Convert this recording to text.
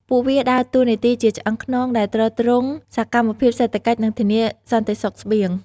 ពួកវាដើរតួនាទីជាឆ្អឹងខ្នងដែលទ្រទ្រង់សកម្មភាពសេដ្ឋកិច្ច និងធានាសន្តិសុខស្បៀង។